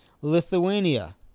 Lithuania